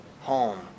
home